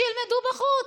שילמדו בחוץ.